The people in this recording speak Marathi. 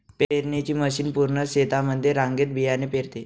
पेरणीची मशीन पूर्ण शेतामध्ये रांगेत बियाणे पेरते